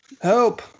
Help